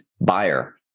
buyer